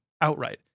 outright